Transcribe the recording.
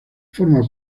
forma